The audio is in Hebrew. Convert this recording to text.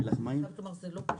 אני חייבת לומר, זה לא פשוט.